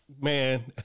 man